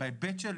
בהיבט של